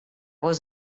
was